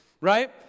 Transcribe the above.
right